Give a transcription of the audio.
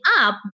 up